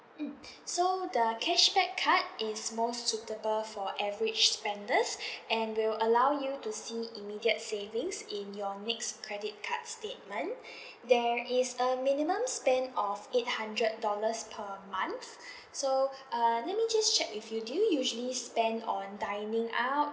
mm so the cashback card is more suitable for average spenders and will allow you to see immediate savings in your next credit card statement there is a minimum spend of eight hundred dollars per month so uh let me just check with you do you usually spend on dining out